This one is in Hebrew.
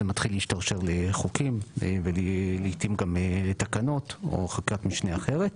זה מתחיל להשתרשר לחוקים ולעתים גם לתקנות או חקיקת משנה אחרת.